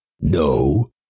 no